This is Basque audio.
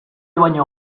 baino